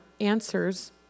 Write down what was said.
answers